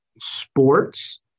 sports